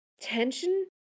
tension